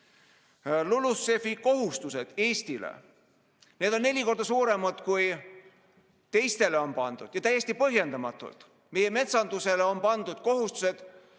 LULUCF‑i kohustused Eestile, need on neli korda suuremad, kui teistele on pandud, ja täiesti põhjendamatult. Meie metsandusele on pandud kohustused,